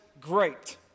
great